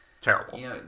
Terrible